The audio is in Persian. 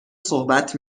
صحبت